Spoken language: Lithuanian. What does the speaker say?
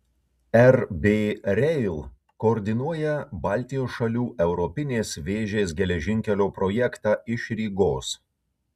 rb rail koordinuoja baltijos šalių europinės vėžės geležinkelio projektą iš rygos